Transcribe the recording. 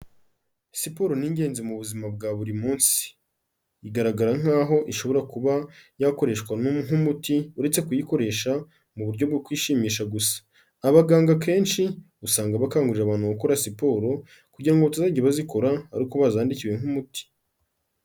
Siporo ni ingenzi mu buzima bwa buri munsi, igaragara nkaho ishobora kuba yakoreshwa nk'umuti uretse kuyikoresha mu buryo bwo kwishimisha gusa. Abaganga akenshi usanga bakangurira abantu gukora siporo kugira ngo batazajya bazikora ari uko bazandikiwe nk'umuti.